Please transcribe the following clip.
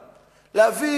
להביא,